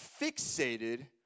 fixated